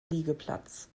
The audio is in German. liegeplatz